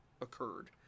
occurred